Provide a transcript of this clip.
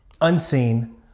unseen